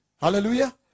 Hallelujah